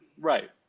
Right